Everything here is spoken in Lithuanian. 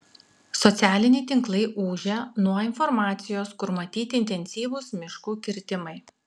socialiniai tinklai ūžia nuo informacijos kur matyti intensyvūs miškų kirtimai